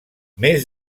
més